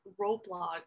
roadblock